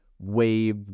wave